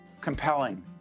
compelling